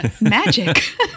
magic